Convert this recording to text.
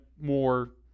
more